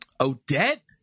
Odette